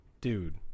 Dude